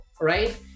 right